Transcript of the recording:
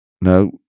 No